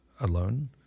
alone